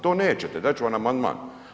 To nećete, dat ću vam amandman.